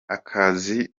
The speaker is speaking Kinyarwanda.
akazi